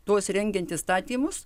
tuos rengiant įstatymus